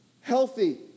healthy